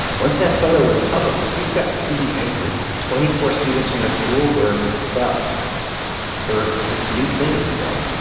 once that photo went public, people got really angry. twenty-four students from that school were expelled for this new thing in brazil,